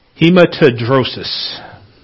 Hematodrosis